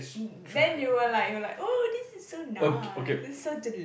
then you were like you were like oh this is so nice this is so delicious